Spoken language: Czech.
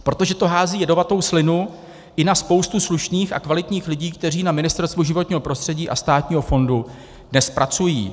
Protože to hází jedovatou slinu i na spoustu slušných a kvalitních lidí, kteří na Ministerstvu životního prostředí a Státního fondu dnes pracují.